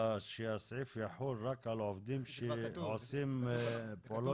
היא נמחקה מאחר שהוועדה מציעה נוסח שמתייחס לשימוש בקבלני הוצאה לפועל